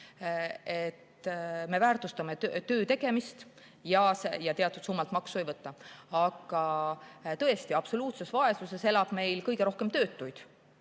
me väärtustame töötegemist ja teatud summalt maksu ei võta. Aga tõesti, absoluutses vaesuses elab meil kõige rohkem töötuid.